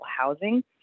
housing